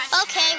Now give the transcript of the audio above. Okay